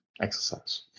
exercise